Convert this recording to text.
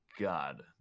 God